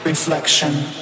reflection